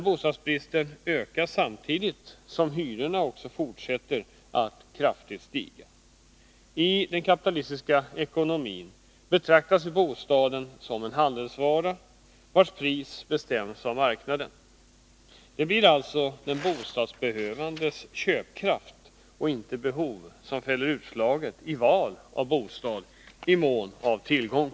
Bostadsbristen ökar samtidigt som hyrorna fortsätter att kraftigt stiga. I den kapitalistiska ekonomin betraktas bostaden som en handelsvara, vars pris bestäms av marknaden. Det blir alltså den bostadsbehövandes köpkraft och inte behov som fäller utslaget i val av bostad i mån av tillgång.